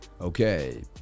Okay